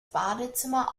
badezimmer